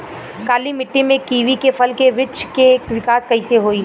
काली मिट्टी में कीवी के फल के बृछ के विकास कइसे होई?